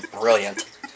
brilliant